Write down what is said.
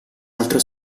altro